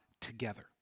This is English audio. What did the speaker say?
together